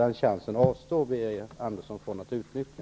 Den chansen avstår Birger Andersson från att utnyttja.